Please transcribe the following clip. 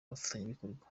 abafatanyabikorwa